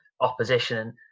opposition